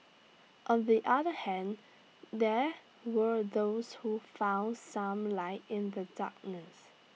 on the other hand there were those who found some light in the darkness